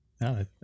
No